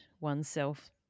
oneself